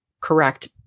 correct